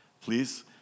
please